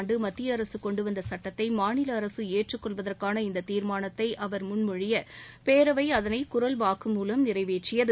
ஆண்டு மத்திய அரசு கொண்டு வந்த சட்டத்தை மாநில அரசு ஏற்றுக் கொள்வதற்னன இந்த தீர்மானத்தை அவர் முன்மொழிய பேரவை அதனை குரல் வாக்கு மூலம் நிறைவேற்றியது